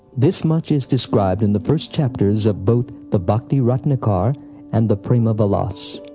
this much is described in the first chapters of both the bhakti-ratnakara and the prema-vilas.